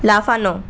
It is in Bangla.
লাফানো